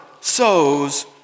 sows